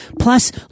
Plus